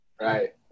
Right